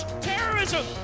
terrorism